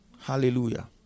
Hallelujah